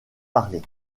parler